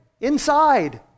inside